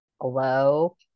Hello